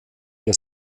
der